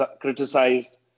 criticized